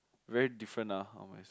very different lah all my